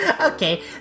Okay